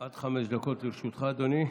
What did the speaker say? עד חמש דקות לרשותך, אדוני.